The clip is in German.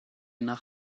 nach